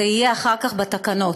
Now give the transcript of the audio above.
זה יהיה אחר כך בתקנות.